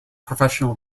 professional